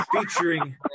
Featuring